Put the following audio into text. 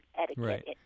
etiquette